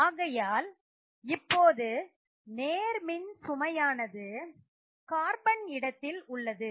ஆகையால் இப்போது நேர்மின் சுமையானது கார்பன் இடத்தில் உள்ளது